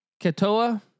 Katoa